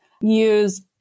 use